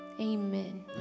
Amen